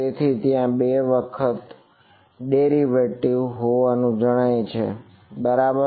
તેથી ત્યાં બે વખત બે વખત ડેરિવેટિવ છે બરાબર